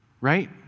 right